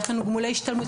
יש לנו גמולי השתלמות,